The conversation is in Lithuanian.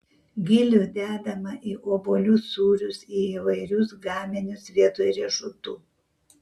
gilių dedama į obuolių sūrius į įvairius gaminius vietoj riešutų